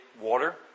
water